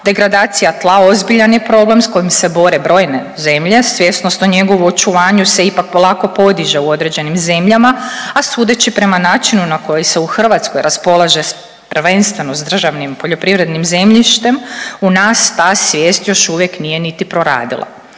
Degradacija tla ozbiljan je problem sa kojim se bore brojne zemlje. Svjesnost o njegovu očuvanju se ipak polako podiže u određenim zemljama, a sudeći prema načinu na koji se u Hrvatskoj raspolaže sa prvenstveno državnim poljoprivrednim zemljištem u nas ta svijest još uvijek nije niti proradila.